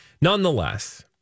Nonetheless